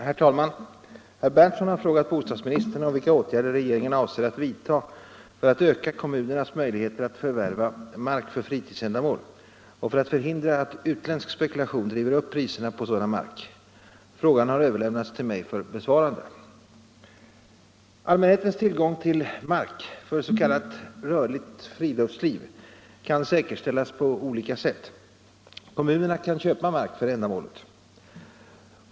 Herr talman! Herr Berndtson har frågat bostadsministern vilka åtgärder regeringen avser att vidta för att öka kommunernas möjligheter att förvärva mark för fritidsändamål och för att förhindra att utländsk spekulation driver upp priserna på sådan mark. Frågan har överlämnats till mig för besvarande. Allmänhetens tillgång till mark för s.k. rörligt friluftsliv kan säkerställas på olika sätt. Kommunerna kan köpa mark för ändamålet.